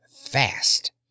fast